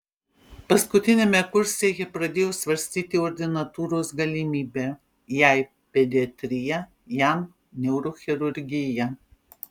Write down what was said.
paskutiniame kurse jie pradėjo svarstyti ordinatūros galimybę jai pediatrija jam neurochirurgija